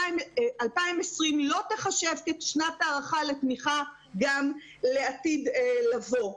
2020 לא תיחשב כשנת הערכה לתמיכה גם לעתיד לבוא.